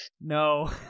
no